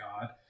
God